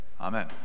amen